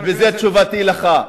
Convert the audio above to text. וזה תשובתי לך.